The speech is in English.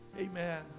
Amen